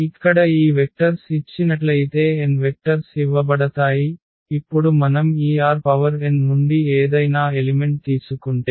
ఇక్కడ ఈ వెక్టర్స్ ఇచ్చినట్లయితే n వెక్టర్స్ ఇవ్వబడతాయి ఇప్పుడు మనం ఈ Rn నుండి ఏదైనా ఎలిమెంట్ తీసుకుంటే